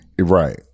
Right